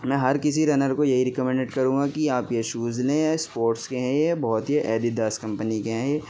میں ہر کسی رنر کو یہی ریکمنڈیڈ کروں گا کہ آپ یہ شوز لیں اسپورٹس کے ہیں یہ بہت ہی ایڈیڈاز کمپنی کے ہیں یہ